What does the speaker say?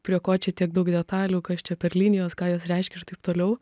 prie ko čia tiek daug detalių kas čia per linijos ką jos reiškia ir taip toliau